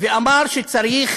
ואמר שצריך